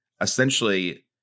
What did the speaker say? essentially